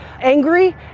angry